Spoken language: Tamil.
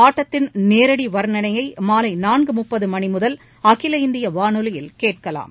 ஆட்டத்தின் நேரடி வர்ணணையை மாலை நான்கு மூப்பது மணி முதல் அதில இந்திய வானொலியில் கேட்கலாம்